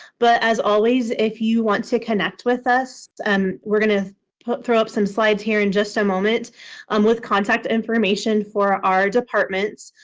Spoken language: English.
but as always, if you want to connect with us, and we're going to throw up some slides here in just a moment um with contact information for our departments.